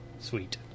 Sweet